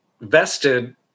vested